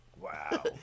Wow